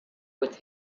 with